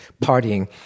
partying